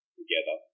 together